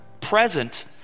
present